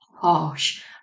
harsh